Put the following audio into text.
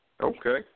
Okay